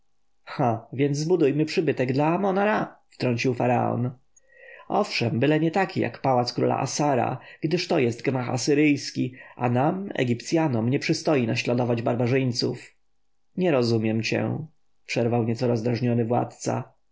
ha więc zbudujemy przybytek dla amona ra wtrącił faraon owszem byle nie taki jak pałac króla assara gdyż jest to gmach asyryjski a nam egipcjanom nie przystoi naśladować barbarzyńców nie rozumiem cię przerwał nieco rozdrażniony władca